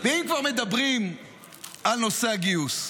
ואם כבר מדברים על נושא הגיוס,